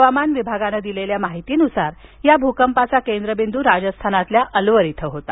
हवामान विभागानं दिलेल्या माहितीनुसार या भूकंपाचा केंद्र बिंदू राजस्थानातील अल्वर इथं होता